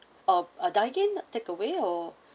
of uh dine in takeaway or